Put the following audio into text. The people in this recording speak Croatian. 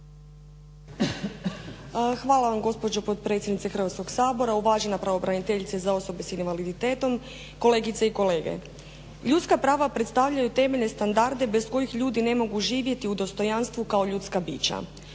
Hvala vam gospođo potpredsjednice Hrvatskoga sabora. Uvažena pravobraniteljice za osobe s invaliditetom, kolegice i kolege. Ljudska prava predstavljaju temeljne standarde bez kojih ljudi ne mogu živjeti u dostojanstvu kao ljudska bića.